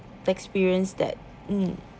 experienced that mm